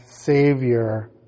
Savior